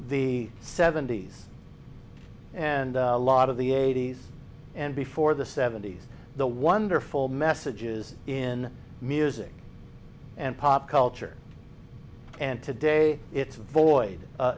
the seventy's and a lot of the eighty's and before the seventy's the wonderful messages in music and pop culture and today it's void